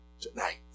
tonight